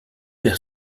père